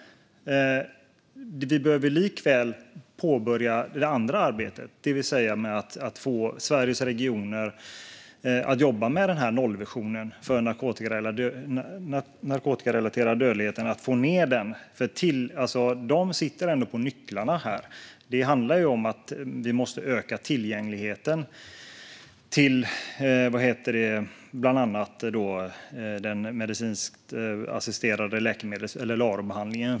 Vi behöver likväl påbörja det andra arbetet. Det är att få Sveriges regioner att jobba med nollvisionen för narkotikarelaterad dödlighet och få ned den. De sitter ändå på nycklarna här. Det handlar om att vi måste öka tillgängligheten till bland annat LARO-behandlingen.